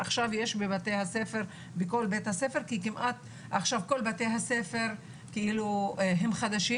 עכשיו כל בתי הספר הם חדשים,